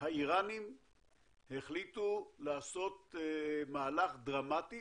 האירנים החליטו לעשות מהלך דרמטי